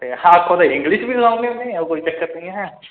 ते आखो ते इंग्लिश च बी गाई ओड़ने होन्ने ओह् कोई चक्कर निं ऐ